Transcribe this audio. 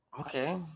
okay